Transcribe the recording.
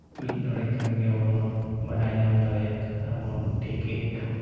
ᱢᱤᱫ ᱰᱚᱰᱮᱠ ᱠᱷᱟᱱᱜᱮ ᱟᱵᱚᱱ ᱵᱚᱱ ᱵᱟᱰᱟᱭ ᱧᱟᱢ ᱫᱟᱲᱮᱭᱟᱜ ᱠᱟᱱᱟ ᱟᱨᱵᱚᱱ ᱴᱷᱤᱠᱟᱹᱭᱮᱫᱼᱟ